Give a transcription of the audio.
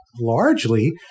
largely